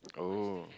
oh